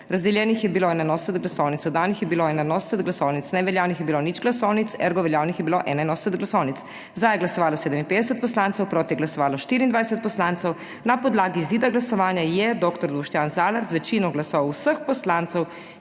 Razdeljenih je bilo 81 glasovnic, oddanih je bilo 81 glasovnic, neveljavnih je bilo nič glasovnic, veljavnih je bilo 81 glasovnic. Za je glasovalo 57 poslancev, proti je glasovalo 24 poslancev. Na podlagi izida glasovanja je dr. Boštjan Zalar z večino glasov vseh poslancev